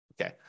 Okay